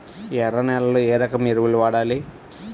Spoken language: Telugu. ఎర్ర నేలలో ఏ రకం ఎరువులు వాడాలి?